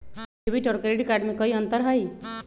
Debit और credit card में कई अंतर हई?